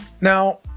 Now